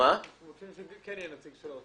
אנחנו רוצים שיהיה נציג של האוצר.